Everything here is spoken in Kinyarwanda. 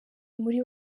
muri